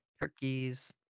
Turkeys